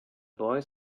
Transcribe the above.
boy